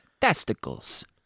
testicles